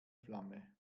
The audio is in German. flamme